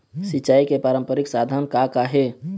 सिचाई के पारंपरिक साधन का का हे?